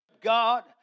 God